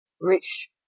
rich